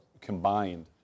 combined